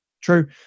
true